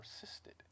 persisted